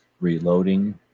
reloading